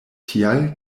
tial